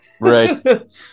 Right